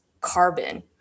carbon